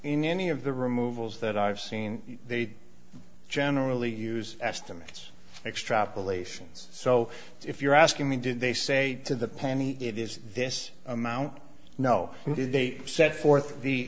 in any of the removals that i've seen they'd generally use estimates extrapolations so if you're asking me did they say to the penny it is this amount no did they set forth the